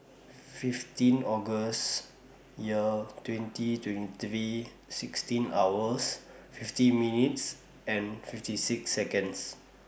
fifteen August Year twenty twenty three sixteen hours fifty minutes and fifty six Seconds